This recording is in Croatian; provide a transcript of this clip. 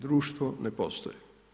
Društvo ne postoji.